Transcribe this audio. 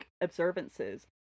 observances